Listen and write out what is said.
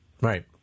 right